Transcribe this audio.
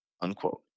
unquote